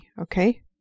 okay